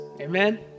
Amen